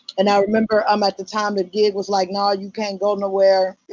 and i remember um at the time the gig was like. naw, you can't go nowhere.